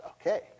Okay